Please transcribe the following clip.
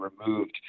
removed